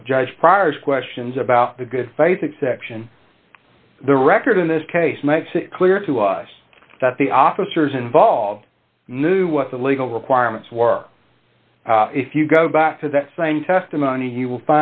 judge priors questions about the good faith exception the record in this case makes it clear to us that the officers involved knew what the legal requirements were if you go back to that same testimony he will